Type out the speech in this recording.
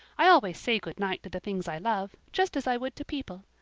i always say good night to the things i love, just as i would to people.